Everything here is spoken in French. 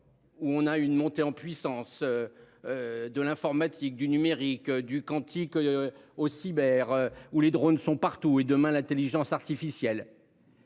Où on a une montée en puissance. De l'informatique, du numérique, du quantique au cyber ou les drônes sont partout et demain l'Intelligence artificielle.